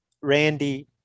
Randy